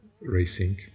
racing